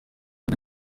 ari